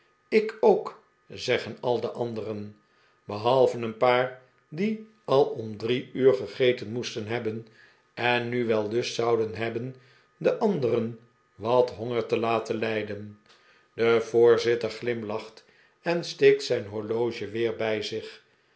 ik ook zeggen al de anderen behalve een paar die al om drie uur gegeten moesten hebben en nu wel lust zouden hebben de anderen wat honger te laten iijden de voorzitter giimlacht en steekt zijn horloge weer bij zich